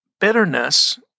bitterness